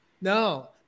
No